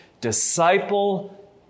Disciple